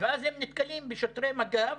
ואז הם נתקלים בשוטרי מג"ב